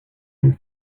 and